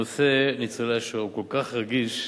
נושא ניצולי השואה הוא כל כך רגיש,